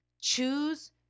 Choose